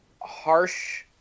harsh